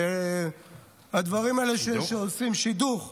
הדברים האלה שעושים, שידוך,